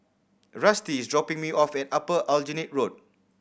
Rusty is dropping me off at Upper Aljunied Road